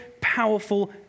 powerful